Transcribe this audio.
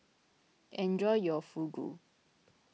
enjoy your Fugu